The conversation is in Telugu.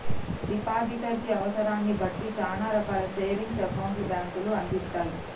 డిపాజిటర్ కి అవసరాన్ని బట్టి చానా రకాల సేవింగ్స్ అకౌంట్లను బ్యేంకులు అందిత్తయ్